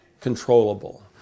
controllable